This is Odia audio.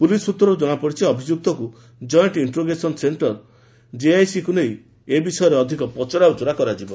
ପୁଲିସ୍ ସୂତ୍ରରୁ ଜଣାପଡ଼ିଛି ଅଭିଯୁକ୍ତଙ୍କୁ ଜଏଣ୍ଟ ଇଣ୍ଟ୍ରୋଗେସନ୍ ସେକ୍ଷର ଜେଆଇସିକୁ ନେଇ ଏ ବିଷୟରେ ଅଧିକ ପଚରାଉଚରା କରାଯିବ